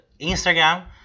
Instagram